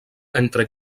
entre